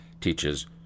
teaches